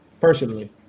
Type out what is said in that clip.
personally